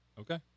Okay